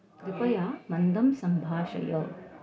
कृपया मन्दं सम्भाषय